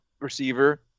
receiver